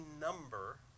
number